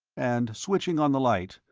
and switching on the light,